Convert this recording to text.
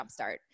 Jumpstart